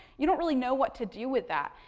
you don't really know what to do with that.